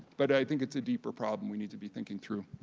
but i think it's a deeper problem we need to be thinking through.